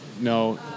No